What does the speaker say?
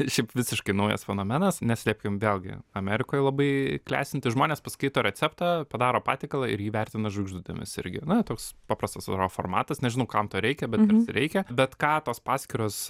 šiaip visiškai naujas fenomenas neslėpkim vėlgi amerikoje labai klestintis žmonės paskaito receptą padaro patiekalą ir jį vertina žvaigždutėmis irgi na toks paprastas euro formatas nežinau kam to reikia bet reikia bet ką tos paskyros